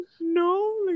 No